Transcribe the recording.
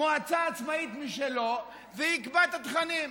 מועצה עצמאית משלו ולקבוע את התכנים.